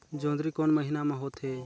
जोंदरी कोन महीना म होथे?